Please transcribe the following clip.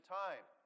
time